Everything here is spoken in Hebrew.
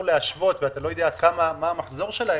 להשוות אליו ואתה לא יודע מה המחזור שלהם,